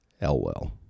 Elwell